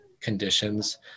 conditions